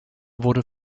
wurde